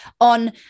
on